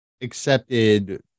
accepted